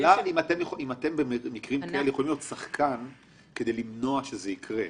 השאלה אם אתם במקרים כאלה יכולים להיות שחקן כדי למנוע שזה יקרה.